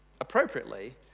appropriately